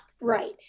right